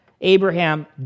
Abraham